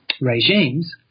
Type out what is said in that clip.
regimes